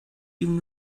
even